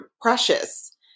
precious